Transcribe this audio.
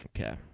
Okay